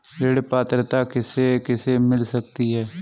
ऋण पात्रता किसे किसे मिल सकती है?